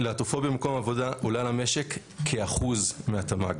להטופוביה במקום עבודה עולה למשק כ-1% מהתמ"ג.